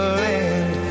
land